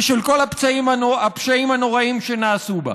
ושל כל הפשעים הנוראיים שנעשו בה.